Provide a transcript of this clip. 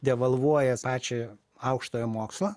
devalvuoja pačią aukštoją mokslą